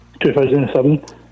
2007